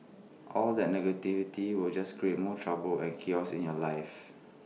all that negativity will just create more trouble and chaos in your life